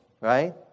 Right